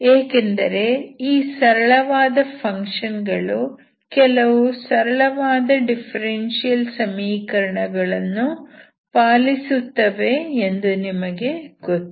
ಏಕೆಂದರೆ ಈ ಸರಳವಾದ ಫಂಕ್ಷನ್ ಗಳು ಕೆಲವು ಸರಳವಾದ ಡಿಫರೆನ್ಸಿಯಲ್ ಸಮೀಕರಣಗಳನ್ನು ಪಾಲಿಸುತ್ತವೆ ಎಂದು ನಿಮಗೆ ಗೊತ್ತು